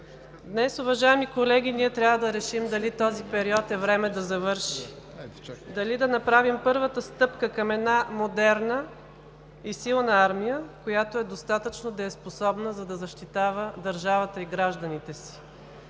Днес, уважаеми колеги, ние трябва да решим дали този период е време да завърши. Дали да направим първата стъпка към една модерна и силна армия, която е достатъчно дееспособна, за да защитава държавата и гражданите си?